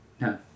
No